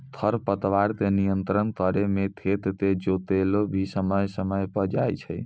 खरपतवार के नियंत्रण करै मे खेत के जोतैलो भी समय समय पर जाय छै